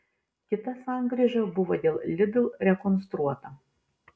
kita sankryža buvo dėl lidl rekonstruota